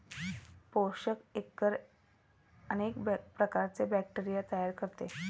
पोषक एग्गर अनेक प्रकारचे बॅक्टेरिया तयार करते